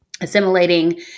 assimilating